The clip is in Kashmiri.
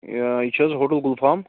یہِ یہِ چھِ حظ ہوٹَل گُلفام